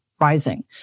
rising